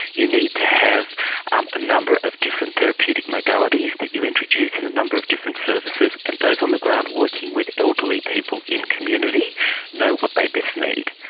you need to have um a number of different therapeutic modalities that you introduce in a number of different services, and those on the ground working with elderly people in community know what they best need.